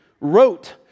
wrote